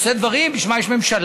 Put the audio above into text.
עושה דברים, בשביל מה יש ממשלה?